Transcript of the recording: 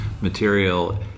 material